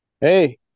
Hey